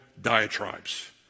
diatribes